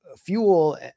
fuel